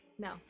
No